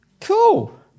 Cool